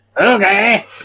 okay